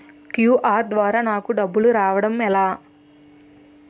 QR ద్వారా నాకు డబ్బులు రావడం ఎలా?